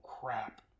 crap